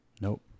nope